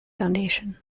foundation